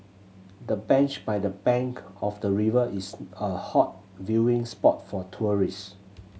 the bench by the bank of the river is a hot viewing spot for tourist